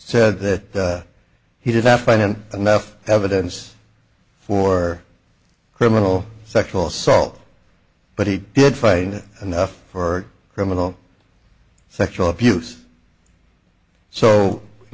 said that he did not find in enough evidence for criminal sexual assault but he did fight enough for criminal sexual abuse so i